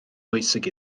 bwysig